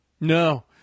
No